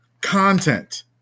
content